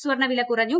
സ്വർണവില കുറഞ്ഞു